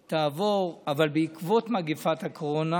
תעבור, אבל בעקבות מגפת הקורונה